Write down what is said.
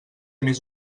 més